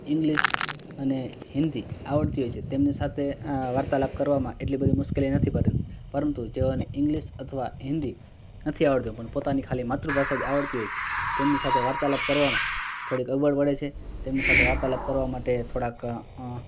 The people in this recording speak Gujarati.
ઇંગ્લિસ અને હિંદી આવડતી હોય છે તેમની સાથે અં વાર્તાલાપ કરવામાં એટલી બધી મુશ્કેલી નથી પડતી પરંતુ જેઓને ઇંગ્લિસ અથવા હિંદી નથી આવડતું પણ પોતાની ખાલી માતૃભાષા જ આવડતી હોય છે તેમની સાથે વાર્તાલાપ કરવામાં થોડીક અગવડ પડે છે તેમની સાથે વાર્તાલાપ કરવા માટે થાડાક અં